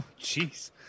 Jeez